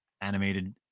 animated